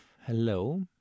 hello